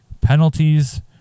Penalties